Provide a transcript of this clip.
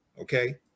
okay